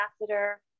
ambassador